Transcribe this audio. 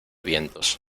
vientos